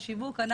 על שיווק,